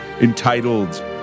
entitled